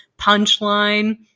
punchline